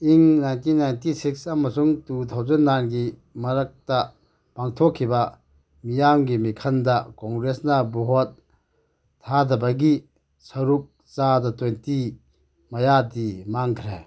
ꯏꯪ nineteen ninety six ꯑꯃꯁꯨꯡ two thousand ꯅꯥꯏꯟꯒꯤ ꯃꯔꯛꯇ ꯄꯥꯡꯊꯣꯛꯈꯤꯕ ꯃꯤꯌꯥꯝꯒꯤ ꯃꯤꯈꯟꯗ ꯀꯣꯡꯒ꯭ꯔꯦꯁꯅ ꯚꯣꯠ ꯊꯥꯗꯕꯒꯤ ꯁꯔꯨꯛ ꯆꯥꯗ ꯇ꯭ꯋꯦꯟꯇꯤ ꯃꯌꯥꯗꯤ ꯃꯥꯡꯈ꯭ꯔꯦ